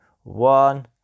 one